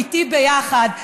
איתי ביחד,